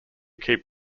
keep